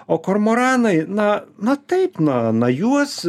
o kormoranai na na taip na na juos